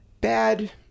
bad